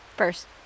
First